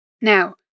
Now